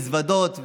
מזוודות,